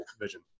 vision